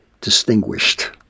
distinguished